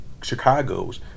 Chicagos